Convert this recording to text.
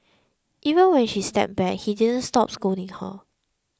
even when she stepped back he didn't stop scolding her